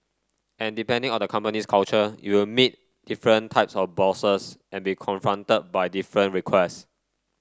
and depending on a company's culture you will meet different types of bosses and be confronted by different requests